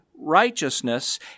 righteousness